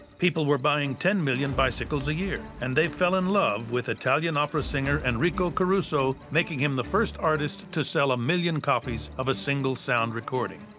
people were buying ten million bicycles a year. and they fell in love with italian opera singer enrico caruso, making him the first artist to sell a million copies of a single sound recording.